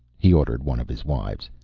he ordered one of his wives.